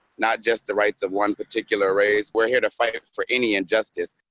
not just the rights of one particular raise we're here to fight for any injustice.